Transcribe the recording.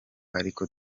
ariko